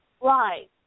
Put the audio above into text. Right